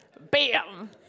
Bam